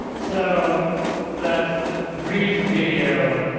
so that brief video